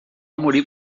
morir